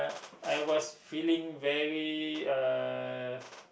I was feeling very uh